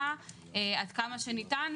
אום בטין,